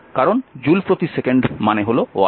কারণ জুল প্রতি second watt